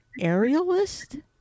aerialist